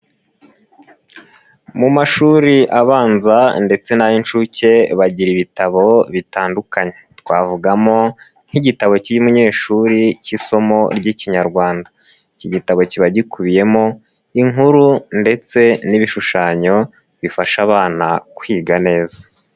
Mu mashuri abanza ndetse n'ayinshuke bagira ibitabo bitandukanye. Twavugamo nk'igitabo cy'umunyeshuri k'isomo ry'ikinyarwanda. Iki gitabo kiba gikubiyemo, inkuru ndetse n'ibishushanyo bifasha abana kwiga neza.